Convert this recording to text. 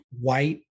white